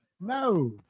No